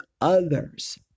others